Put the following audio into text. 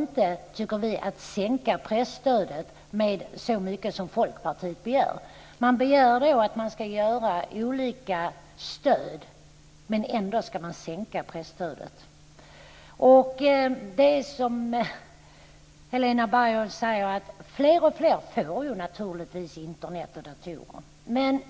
inte att vi kan sänka presstödet med så mycket som Folkpartiet begär. Man begär att man ska ha olika stöd, men ändå ska man sänka presstödet. Det är ju som Helena Bargholtz säger att fler och fler naturligtvis får Internet och datorer.